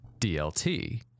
DLT